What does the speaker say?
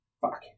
Fuck